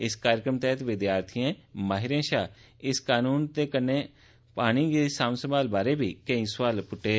इस कार्यक्रम तैहत विद्यार्थियें माहिरें शा इस कनून ते कन्नै गै पानी दी सांभ संभाल बारै बी कैई सोआल प्च्छे